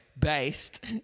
Based